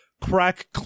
crack